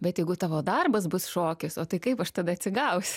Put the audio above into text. bet jeigu tavo darbas bus šokis o tai kaip aš tada atsigausiu